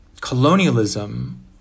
colonialism